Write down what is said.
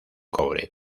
cobre